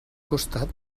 costat